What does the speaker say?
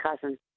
cousin